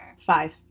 Five